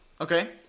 Okay